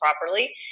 properly